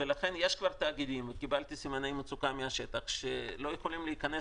לכן קיבלתי כבר סימני מצוקה מהשטח שיש כבר תאגידים שלא יכולים להיכנס